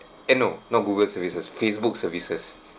eh no not google services facebook services